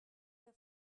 فروش